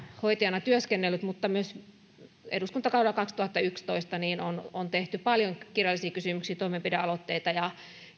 hoitajana työskennellyt mutta myös eduskuntakaudella kaksituhattayksitoista on on tehty paljon kirjallisia kysymyksiä toimenpidealoitteita ja